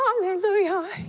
Hallelujah